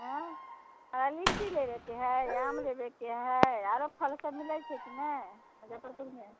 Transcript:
आँय लीची लेबैके हय आम लेबैके हय आरो फल सभ मिलैत छै कि नहि मजफ्फरपुरमे